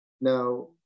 Now